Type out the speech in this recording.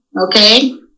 okay